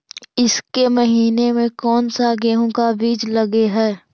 ईसके महीने मे कोन सा गेहूं के बीज लगे है?